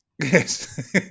Yes